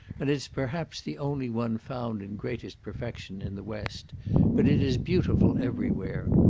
and it is perhaps the only one found in greatest perfection in the west but it is beautiful every where.